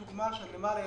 הועלתה הדוגמה של אילת,